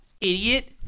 idiot